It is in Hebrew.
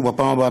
ובפעם הבאה,